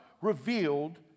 revealed